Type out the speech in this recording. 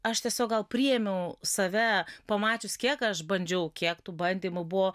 aš tiesiog gal priėmiau save pamačius kiek aš bandžiau kiek tų bandymų buvo